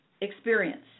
experience